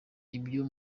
ibyo